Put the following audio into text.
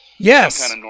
Yes